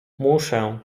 muszę